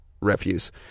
refuse